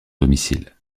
domicile